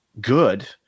good